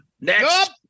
Next